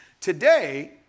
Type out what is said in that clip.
Today